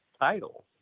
title